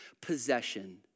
possession